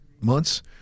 months